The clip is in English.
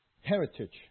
heritage